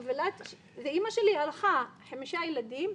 אמא שלי הלכה, חמישה ילדים,